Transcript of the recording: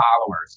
followers